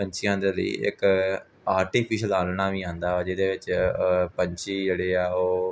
ਪੰਛੀਆਂ ਦੇ ਲਈ ਇੱਕ ਆਰਟੀਫਿਸ਼ਲ ਆਲ੍ਹਣਾ ਵੀ ਆਉਂਦਾ ਵਾ ਜਿਹਦੇ ਵਿੱਚ ਪੰਛੀ ਜਿਹੜੇ ਆ ਓਹ